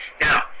Now